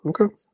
okay